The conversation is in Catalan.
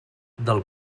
del